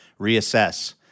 reassess